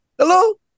Hello